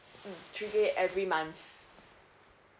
three K every month